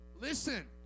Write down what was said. Listen